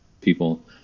people